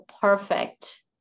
perfect